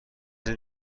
این